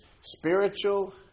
spiritual